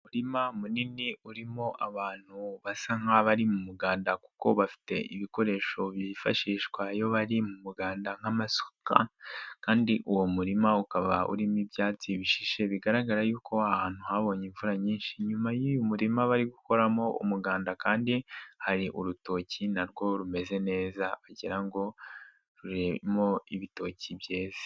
Umurima munini urimo abantu basa nk'aho bari mu muganda kuko bafite ibikoresho byifashishwa iyo bari mu muganda nk'amasuka , kandi uwo murima ukaba urimo ibyatsi bishishe bigaragara yuko ahantu habonye imvura nyinshi. Inyuma y'uyu murima bari gukoramo umuganda kandi hari urutoki narwo rumeze neza bagira ngo rubemo ibitoki byeze.